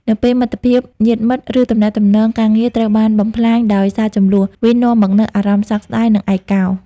នៅពេលមិត្តភាព ញាតិមិត្ត ឬទំនាក់ទំនងការងារត្រូវបានបំផ្លាញដោយសារជម្លោះ វានាំមកនូវអារម្មណ៍សោកស្ដាយ និងឯកោ។